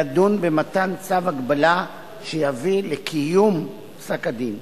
לדון במתן צו הגבלה שיביא לקיום פסק-הדין.